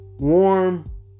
warm